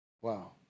Wow